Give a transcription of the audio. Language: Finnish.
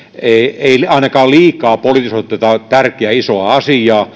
ei ei ainakaan liikaa politisoida tätä tärkeää isoa asiaa